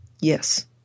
Yes